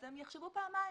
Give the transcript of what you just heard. יחשבו פעמיים